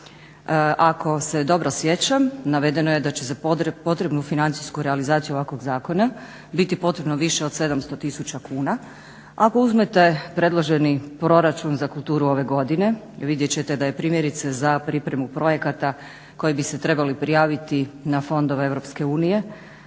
Ako se dobro sjećam navedeno je da će za potrebnu financijsku realizaciju ovakvog zakona biti potrebno više od 700000 kuna. Ako uzmete predloženi proračun za kulturu ove godine vidjet ćete da je primjerice za pripremu projekata koji bi se trebali prijaviti na fondove EU